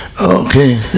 Okay